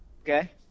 Okay